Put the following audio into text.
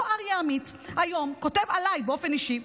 אותו אריה עמית היום כותב עליי באופן אישי,